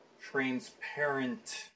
transparent